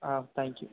ah thank you